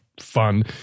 fun